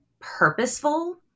purposeful